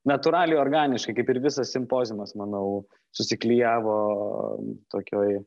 natūraliai organiškai kaip ir visas simpoziumas manau susiklijavo tokioj